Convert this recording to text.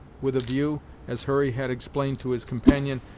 with a view, as hurry had explained to his companion,